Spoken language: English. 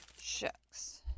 Shucks